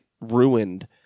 ruined